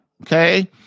okay